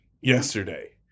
yesterday